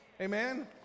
Amen